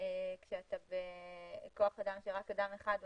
כשאתה בכוח אדם רק של אדם אחד,